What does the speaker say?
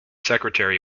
secretary